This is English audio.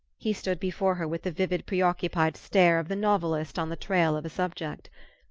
he stood before her with the vivid preoccupied stare of the novelist on the trail of a subject.